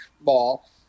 ball